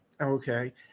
okay